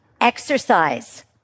Exercise